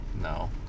No